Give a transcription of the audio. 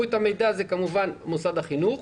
את המידע כוללת כמובן את מוסד החינוך,